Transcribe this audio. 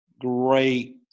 great